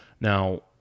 Now